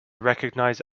recognize